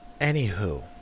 Anywho